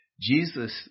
Jesus